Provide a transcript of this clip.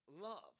love